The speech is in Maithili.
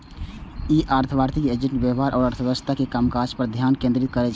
ई आर्थिक एजेंट के व्यवहार आ अर्थव्यवस्था के कामकाज पर ध्यान केंद्रित करै छै